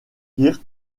kirk